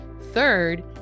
Third